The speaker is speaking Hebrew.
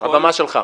הבמה שלך.